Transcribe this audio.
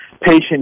patient